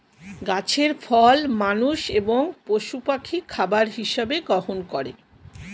গাছের ফল মানুষ এবং পশু পাখি খাবার হিসাবে গ্রহণ করে